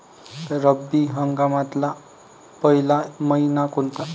रब्बी हंगामातला पयला मइना कोनता?